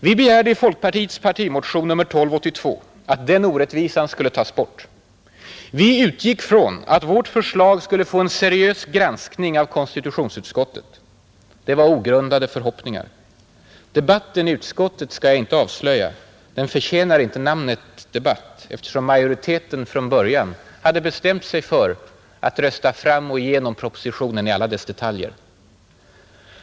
Vi begärde i folkpartiets partimotion nr 1282 att den orättvisan skulle tas bort. Vi utgick från att vårt förslag skulle få en seriös granskning av konstitutionsutskottet. Det var ogrundade förhoppningar. Debatten i utskottet skall jag inte avslöja; den förtjänar inte namnet ”debatt” eftersom majoriteten från början hade bestämt sig för att rösta igenom propositionen i alla dess detaljer.